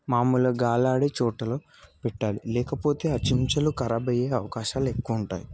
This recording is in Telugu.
మామూలు గాలి ఆడే చోటలో పెట్టాలి లేకపోతే ఆ చెంచాలు ఖరాబ్ అయ్యే అవకాశాలు ఎక్కువ ఉంటాయి